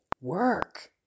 work